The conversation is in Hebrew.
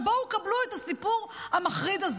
ובואו קבלו את הסיפור המחריד הזה.